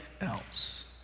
else